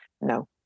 no